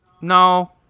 No